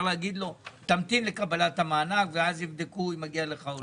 להגיד לו שימתין לקבלת המענק ואז יבדקו אם מגיע לו או לא.